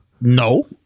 No